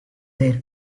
their